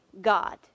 God